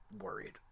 worried